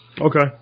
Okay